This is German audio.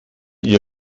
ihr